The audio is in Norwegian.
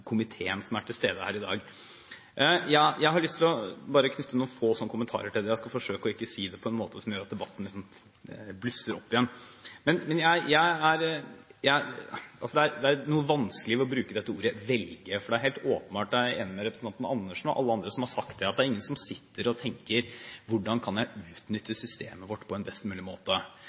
komiteen som er til stede her i dag. Jeg har lyst til bare å knytte noen få kommentarer til den – jeg skal forsøke ikke å si det på en måte som gjør at debatten blusser opp igjen. Det er noe vanskelig når en bruker ordet «velge», for det er helt åpenbart – og jeg er enig med representanten Karin Andersen og alle andre som har sagt det – at det ikke er noen som sitter og tenker hvordan de kan utnytte systemet vårt på en best mulig måte.